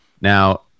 Now